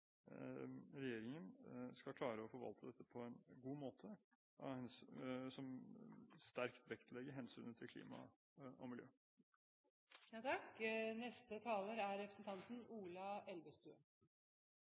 regjeringen skal klare å forvalte dette på en god måte, som sterkt vektlegger hensynet til klima og